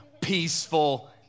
peaceful